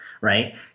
right